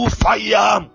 fire